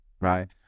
right